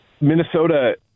Minnesota